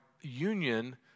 union